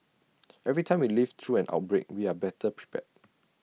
every time we live through an outbreak we are better prepared